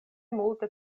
multe